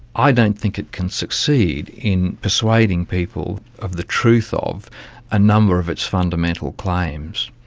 i don't think it can succeed in persuading people of the truth ah of a number of its fundamental claims.